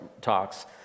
talks